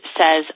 says